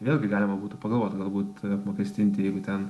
vėlgi galima būtų pagalvot galbūt apmokestinti jeigu ten